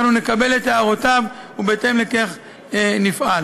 הייתי שם הרבה שנים, מה התעוררתם עכשיו פתאום?